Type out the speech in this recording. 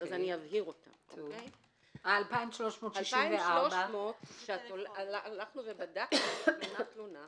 ה-2,300 שהלכנו ובדקנו תלונה-תלונה